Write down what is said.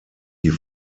die